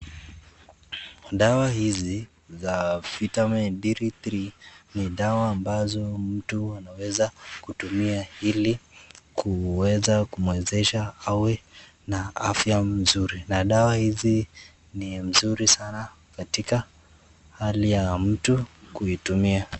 Dawa hizi za Vitamin D3 ni dawa ambazo mtu anaweza kutumia ili kuweza kumwezesha awe na afya mzuri na dawa hizi ni mzuri sana katika hali ya mtu kuitumia.